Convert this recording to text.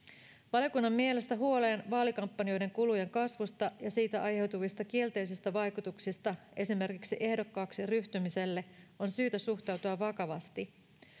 valiokunnan mielestä huoleen vaalikampanjoiden kulujen kasvusta ja siitä aiheutuvista kielteisistä vaikutuksista esimerkiksi ehdokkaaksi ryhtymiselle on syytä suhtautua vakavasti